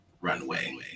runway